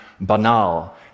banal